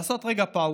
לעשות רגע pause